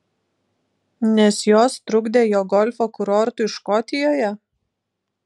nes jos trukdė jo golfo kurortui škotijoje